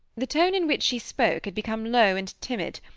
the tone in which she spoke had become low and timid,